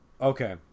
Okay